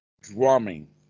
drumming